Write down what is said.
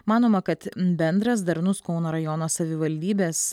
manoma kad bendras darnus kauno rajono savivaldybės